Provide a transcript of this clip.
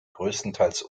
größtenteils